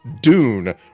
Dune